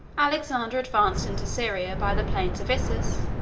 alexander advanced into syria by the plains of issus,